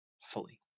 fully